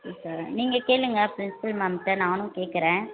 okay sir நீங்கள் கேளுங்கள் principal மேம்கிட்ட நானும் கேட்குறேன்